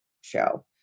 show